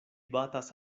batas